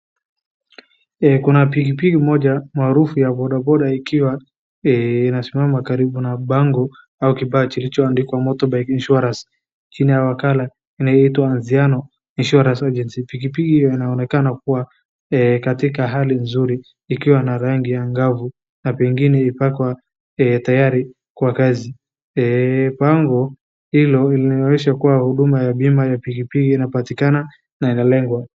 Kuna pikipiki moja maarufu ya bodaboda ikiwa inasimama karibu na bango au kibaa kilichoandikwa Motorbike insuarance . Jina ya wakala inaitwa Haziano insuarance agency. Pikipiki inaonekana kuwa katika hali nzuri ikiwa na rangi ya ngavu na pengine imepakwa tayari kwa kazi. Bango hilo linaonyesha kuwa huduma ya bima ya pikipiki linapatikana na inalenngwa.